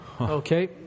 okay